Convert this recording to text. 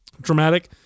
dramatic